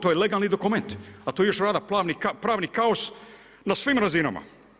To je legalni dokument, a tu još vlada pravni kaos na svim razinama.